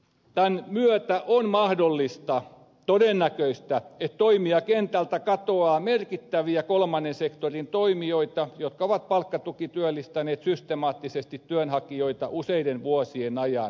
tämän myötä on mahdollista todennäköistä että toimijakentältä katoaa merkittäviä kolmannen sektorin toimijoita jotka ovat palkkatukityöllistäneet systemaattisesti työnhakijoita useiden vuosien ajan